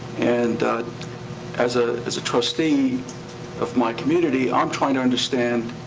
and as ah as a trustee of my community, i'm trying to understand